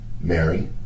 Mary